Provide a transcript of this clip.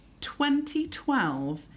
2012